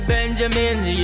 Benjamins